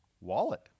Wallet